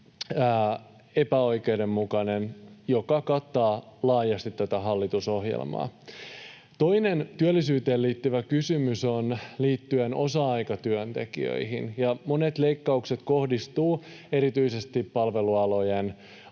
epäoikeudenmukaista, ja se kattaa laajasti tätä hallitusohjelmaa. Toinen työllisyyteen liittyvä kysymys liittyy osa-aikatyöntekijöihin. Monet leikkaukset kohdistuvat erityisesti palvelualojen